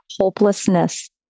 hopelessness